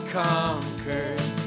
conquered